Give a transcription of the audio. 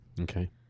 Okay